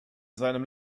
seinem